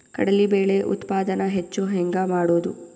ಕಡಲಿ ಬೇಳೆ ಉತ್ಪಾದನ ಹೆಚ್ಚು ಹೆಂಗ ಮಾಡೊದು?